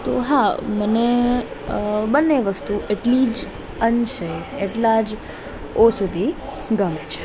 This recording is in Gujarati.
તો હા મને બંને વસ્તુ એટલી જ અંશે એટલા જ ઔશથી ગમે છે